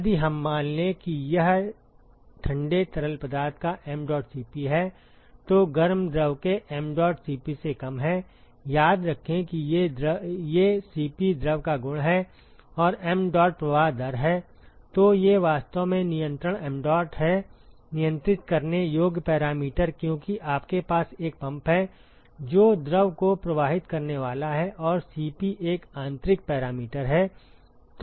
यदि हम मान लें कि यह ठंडे तरल पदार्थ का mdot Cp है तो गर्म द्रव के mdot Cp से कम है याद रखें कि ये Cp द्रव का गुण है और mdot प्रवाह दर है तो ये वास्तव में नियंत्रण mdot है नियंत्रित करने योग्य पैरामीटर क्योंकि आपके पास एक पंप है जो द्रव को प्रवाहित करने वाला है और Cp एक आंतरिक पैरामीटर है